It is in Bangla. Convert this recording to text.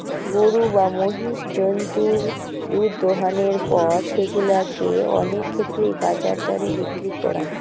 গরু বা মহিষ জন্তুর দুধ দোহানোর পর সেগুলা কে অনেক ক্ষেত্রেই বাজার দরে বিক্রি করাং